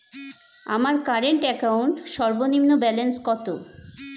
আমার current account সর্বনিম্ন balance কত?